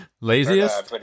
laziest